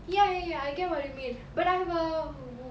ya ya ya I get what you mean but I have a